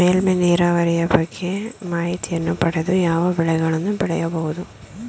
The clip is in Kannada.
ಮೇಲ್ಮೈ ನೀರಾವರಿಯ ಬಗ್ಗೆ ಮಾಹಿತಿಯನ್ನು ಪಡೆದು ಯಾವ ಬೆಳೆಗಳನ್ನು ಬೆಳೆಯಬಹುದು?